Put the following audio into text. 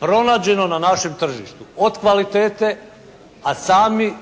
pronađeno na našem tržištu, od kvalitete, a sami